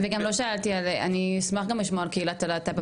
וגם לא שאלתי, אני אשמח גם לשמוע על קהילת הלהט"ב.